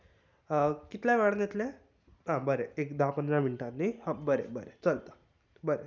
कितल्या वेळान येतलें आं बरें एक धा पंदरा मिनटांनी आं बरें बरें चलता थँक्यू